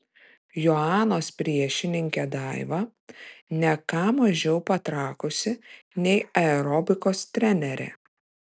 joanos priešininkė daiva ne ką mažiau patrakusi nei aerobikos trenerė